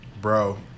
Bro